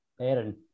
Aaron